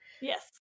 Yes